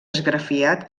esgrafiat